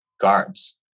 guards